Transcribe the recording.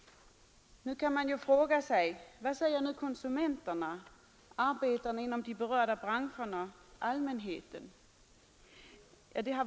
Nu kan man fråga sig: Vad säger konsumenterna, arbetarna inom de berörda branscherna, allmänheten?